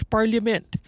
Parliament